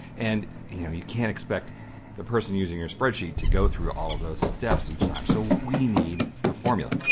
and you know, you can't expect the person using your spreadsheet to go through all of those steps each time, so we need a formula.